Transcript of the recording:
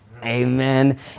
Amen